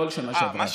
לא על השנה שעברה.